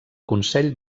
consell